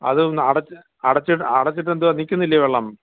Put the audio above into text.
അതൊന്ന് അടച്ചു അടച്ചു അടച്ചിട്ടു എന്തുവാ നില്കുന്നില്ലെ വെള്ളം